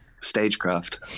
Stagecraft